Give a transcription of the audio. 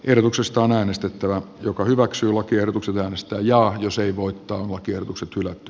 kerroksesta on äänestettävä joka hyväksyy lakiehdotuksen äänestää jaa jos ei voittoon lakiehdotukset hylätty